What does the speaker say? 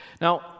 Now